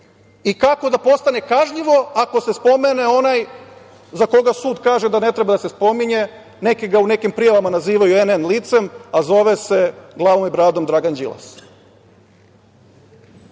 i kako da postane kažnjivo ako se spomene onaj za koga sud kaže da ne treba da se spominje, neki ga u nekim prijavama nazivaju NN licem, a zove se glavom i bradom Dragan Đilas. Ja